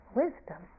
wisdom